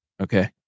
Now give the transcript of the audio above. okay